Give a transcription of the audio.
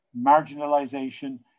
marginalization